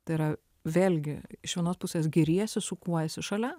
tai yra vėlgi iš vienos pusės giriesi su kuo esi šalia